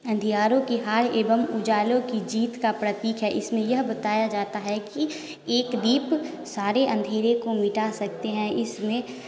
अंधियारों की हार एवं उजालों की जीत का प्रतीक है इसमें यह बताया जाता है कि एक दीप सारे अंधेरे को मिटा सकते हैं इसमें